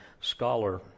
scholar